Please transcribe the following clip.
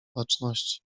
baczności